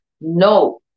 No